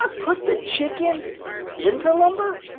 um put the chicken into lumber?